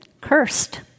Cursed